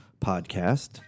podcast